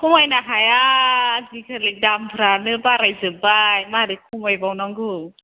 खमायनो हाया आजिखानलि दामफ्रानो बारायजोबबाय माबोरै खमायबावनांगौ